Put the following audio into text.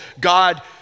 God